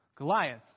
Goliath